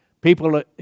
People